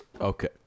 Okay